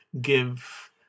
give